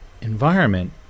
Environment